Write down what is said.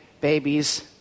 babies